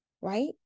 Right